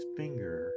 finger